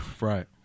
Right